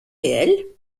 réel